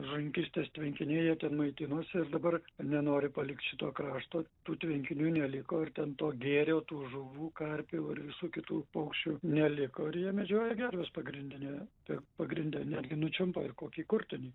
žuvininkystės tvenkiniai jie ten maitinosi ir dabar nenori palikt šito krašto tų tvenkinių neliko ir ten to gėrio tų žuvų karpių ir visų kitų paukščių neliko ir jie medžioja gerves pagrindinė tai pagrinde netgi nučiumpa ir kokį kutulį